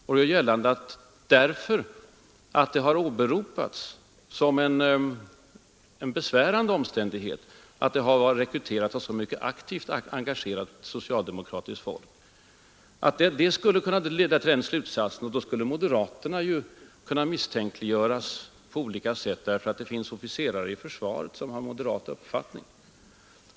Han gör gällande att om det kan åberopas som en ”besvärande” omständighet att underrättelseverksamheten har varit rekryterad med mycket aktivt engagerade socialdemokrater, då skulle med samma fog försvaret kunna misstänkliggöras därför att det där finns ett stort antal officerare som har moderat uppfattning.